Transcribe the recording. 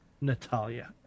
Natalia